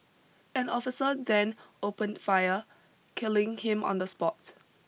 an officer then opened fire killing him on the spot